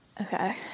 Okay